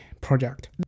project